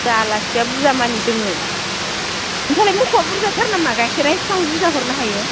आलासिया बुरजामानि दोङो नोंसालाय मोखौआ बुरजाथार नामा गाइखेरा एसां बुरजा हरनो हायो